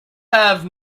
have